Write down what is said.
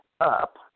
up